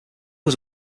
was